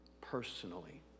personally